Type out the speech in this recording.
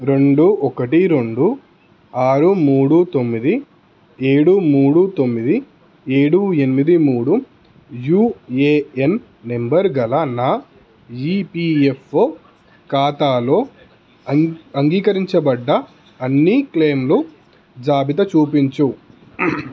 రెండు ఒకటి రెండు ఆరు మూడు తొమ్మిది ఏడు మూడు తొమ్మిది ఏడు ఎనిమిది మూడు యుఏఎన్ నంబరుగల నా ఈపిఎఫ్ఓ ఖాతాలో అంగ్ అంగీకరించబడ్డ అన్ని క్లెయిమ్లు జాబిత చూపించు